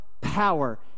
power